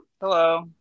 Hello